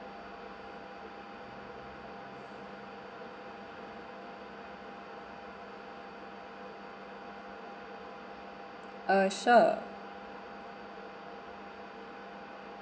uh sure